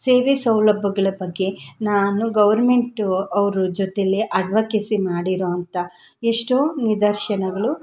ಸೇವೆ ಸೌಲಭ್ಯಗಳು ಬಗ್ಗೆ ನಾನು ಗವರ್ಮೆಂಟು ಅವರು ಜೊತೇಲಿ ಅಡ್ವಕೆಸಿ ಮಾಡಿರೋಂಥ ಎಷ್ಟೋ ನಿದರ್ಶನಗಳು